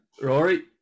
Rory